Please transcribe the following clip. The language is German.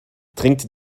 trinkt